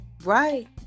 right